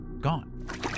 gone